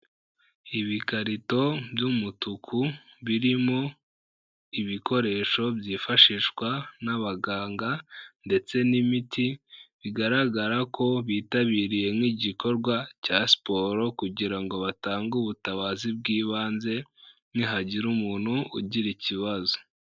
Ibikarito by'umutuku birimo ibikoresho byifashishwa n'abaganga ndetse n'imiti, bigaragara ko bitabiriye nk'igikorwa cya siporo kugira ngo batange ubutabazi bw'ibanze nihagira umuntu ugira ikibazo.